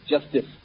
justice